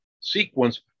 sequence